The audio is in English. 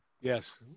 Yes